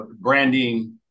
branding